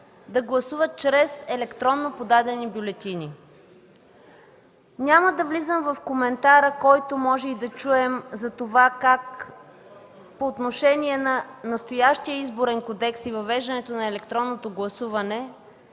да гласуват чрез електронно подадени бюлетини. Няма да навлизам в коментара, който можем да чуем за това как по отношение на настоящия Изборен кодекс и въвеждането на електронното гласуване